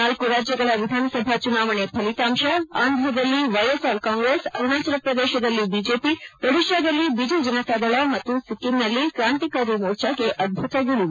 ನಾಲ್ಕು ರಾಜ್ಜಗಳ ವಿಧಾನಸಭಾ ಚುನಾವಣೆ ಫಲಿತಾಂಶ ಆಂಧ್ರದಲ್ಲಿ ವೈಎಸ್ಆರ್ ಕಾಂಗ್ರೆಸ್ ಅರುಣಾಚಲ ಪ್ರದೇಶದಲ್ಲಿ ಬಿಜೆಪಿ ಒಡಿಶಾದಲ್ಲಿ ಬಿಜುಜನತಾದಳ ಮತ್ತು ಸಿಕ್ಕಿಂನಲ್ಲಿ ಕ್ರಾಂತಿಕಾರಿ ಮೋರ್ಜಾಗೆ ಅದ್ಬುತ ಗೆಲುವು